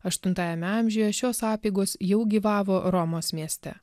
aštuntajame amžiuje šios apeigos jau gyvavo romos mieste